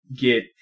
get